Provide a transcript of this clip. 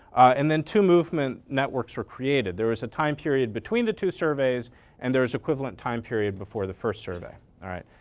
and then two movement networks were created. there was a time period between the two surveys and there's equivalent time period before the first survey. all right.